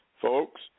folks